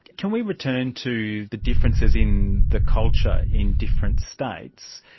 can we return to the differences in the culture in different states?